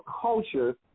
culture